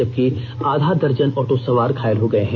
जबकि आधा दर्जन आटो सवार घायल हो गए हैं